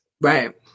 Right